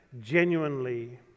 genuinely